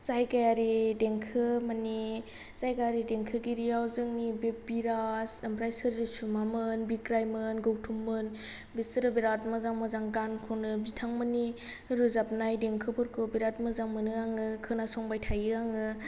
जायगायारि देंखो माने जायगायारि देंखोगिरियाव जोंनि बे बिराज ओमफ्राय सोर्जिसुमामोन बिग्रायमोन गौथममोन बिसोरो बिरात मोजां मोजां गान खनो बिथांमोननि रोजाबनाय देंखोफोरखौ बिरात मोजां मोनो आङो खोना संबाय थायो आङो